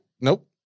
Nope